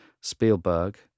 Spielberg